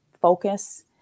focus